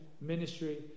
ministry